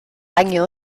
año